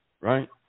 Right